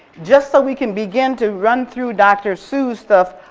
just so we can begin to run through dr sue's stuff,